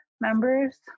members